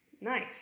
nice